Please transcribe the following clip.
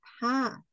path